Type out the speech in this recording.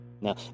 Now